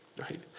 Right